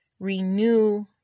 renew